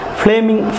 flaming